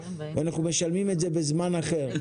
ואנחנו משלמים את זה בזמן אחר.